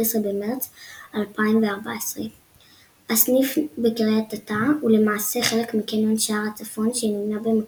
במרץ 2014. הסניף בקריית אתא הוא למעשה חלק מקניון שער הצפון,